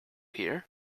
hear